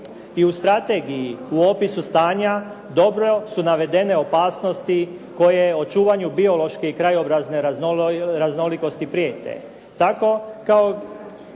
I u strategiji u opisu stanja dobro su navedene opasnosti koje o čuvanju biološke i krajobrazne raznolikosti prijete.